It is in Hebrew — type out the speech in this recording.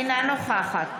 אינה נוכחת